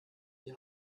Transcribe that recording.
die